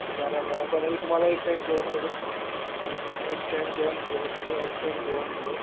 चार हजाराच्यामध्ये तुम्हाला एक टाइम जेवण मिळेल एक एक टाइम जेवण जे एक टे एक टाइम जेवण मिळेल